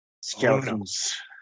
Skeletons